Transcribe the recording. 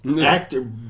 actor